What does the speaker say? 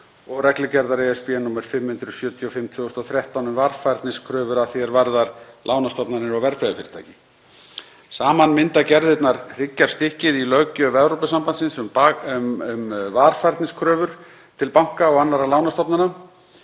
og reglugerðar (ESB) nr. 575/2013 um varfærniskröfur að því er varðar lánastofnanir og verðbréfafyrirtæki. Saman mynda gerðirnar hryggjarstykkið í löggjöf Evrópusambandsins um varfærniskröfur til banka og annarra lánastofnana.